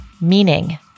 Meaning